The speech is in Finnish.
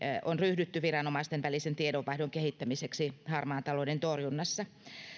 on ryhdytty viranomaisten välisen tiedonvaihdon kehittämiseksi harmaan talouden torjunnassa